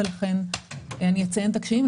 ולכן אציין את הקשיים.